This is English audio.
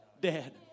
dead